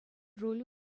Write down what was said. руль